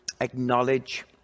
acknowledge